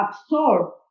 absorb